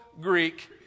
Greek